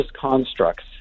constructs